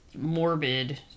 morbid